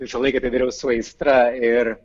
visą laiką tai dariau su aistra ir